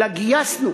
אלא גייסנו